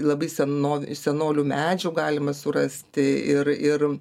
labai senovi iš senolių medžių galima surasti ir ir